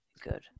good